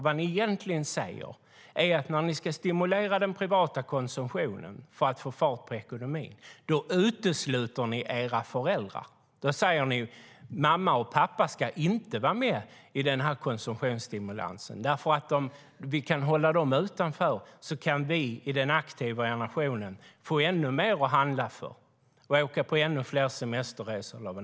Vad ni egentligen säger är nämligen att när ni ska stimulera den privata konsumtionen för att få fart på ekonomin utesluter ni era föräldrar. Då säger ni: Mamma och pappa ska inte vara med i denna konsumtionsstimulans, därför att om vi kan hålla dem utanför kan vi i den aktiva generationen få ännu mer att handla för och åka på ännu fler semesterresor.